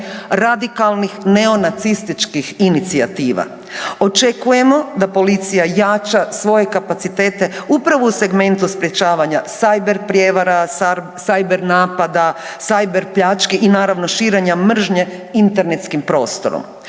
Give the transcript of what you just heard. radikalnih neonacističkih inicijativa. Očekujemo da policija jača svoje kapacitete upravo u segmentu sprječavanja cyber prijevara, cyber napada, cyber pljački i naravno širenja mržnje internetskim prostorom.